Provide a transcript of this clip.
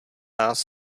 nás